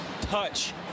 touch